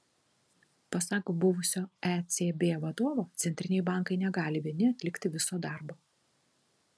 pasak buvusio ecb vadovo centriniai bankai negali vieni atlikti viso darbo